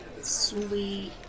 Sweet